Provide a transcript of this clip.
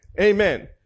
Amen